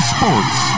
Sports